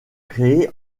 créer